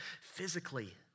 physically